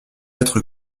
être